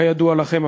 כידוע לכם,